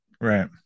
right